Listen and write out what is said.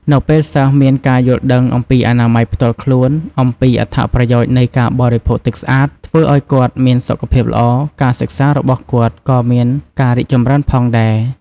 នៅពេលសិស្សមានការយល់ដឹងអំពីអនាម័យផ្ទាល់ខ្លួន អំពីអត្ថប្រយោជន៍នៃការបរិភោគទឹកស្អាត ធ្វើឲ្យគាត់មានសុខភាពល្អ ការសិក្សារបស់គាត់ក៏មានការរីកចម្រើនផងដែរ។